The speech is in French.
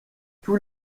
tous